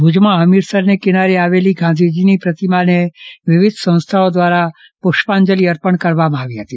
ભુજમાં હમીરસરને કિનારે આવેલી ગાંધીજીની પ્રતિમાને વિવિધ સંસ્થઓ દ્વારા પુષ્પાંજલી અર્પણ કરવામાં આવી હતી